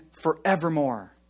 forevermore